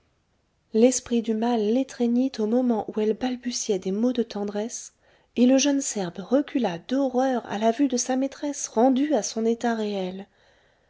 l'esprit du mal l'étreignit au moment où elle balbutiait des mots de tendresse et le jeune serbe recula d'horreur à la vue de sa maîtresse rendue à son état réel